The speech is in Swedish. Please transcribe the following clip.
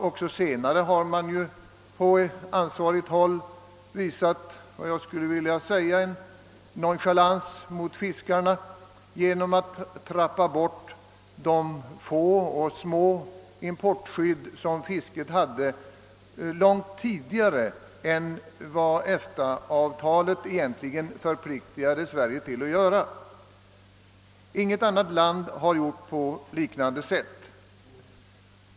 Även senare har man på ansvarigt håll visat vad jag skulle vilja kalla nonchalans mot fiskarna genom att trappa bort de få och små importskydd, som fisket hade, långt tidigare än vad EFTA-avtalet egentligen förpliktade Sverige till. Inget annat land har gjort på liknande sätt.